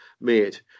made